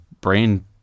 brain